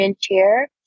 chair